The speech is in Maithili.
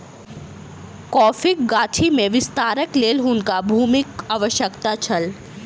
कॉफ़ीक गाछी में विस्तारक लेल हुनका भूमिक आवश्यकता छल